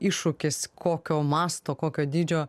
iššūkis kokio masto kokio dydžio